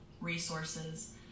resources